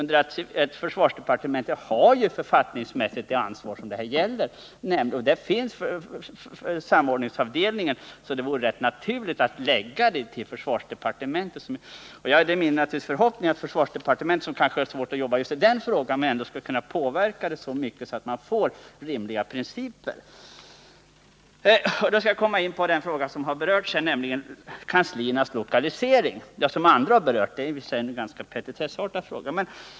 Däremot har försvarsdepartementet författningsmässigt det ansvar som det här gäller, alltså totalförsvarssamverkan. Där finns samordningsavdelningen, så det vore rätt naturligt att lägga civilbefälhavarna under försvarsdepartementet. Det är min förhoppning att försvarsdepartementet, som tydligen har svårt att få ta i den här frågan, ändå skulle kunna påverka den så mycket att man får rimliga principer. Så skall jag komma in på en fråga som tidigare talare har berört, nämligen kansliernas lokalisering. Det är i och för sig en bagatellartad fråga.